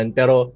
pero